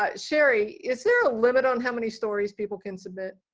ah sherry, is there a limit on how many stories people can submit?